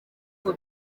uko